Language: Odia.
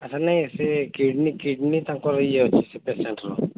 ତାହା ନାଇଁ ସେ କିଡନୀ କିଡନୀ ତାଙ୍କର ଇଏ ଅଛି ପେସେଣ୍ଟ୍ର